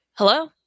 Hello